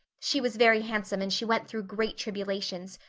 she was very handsome and she went through great tribulations.